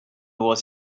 was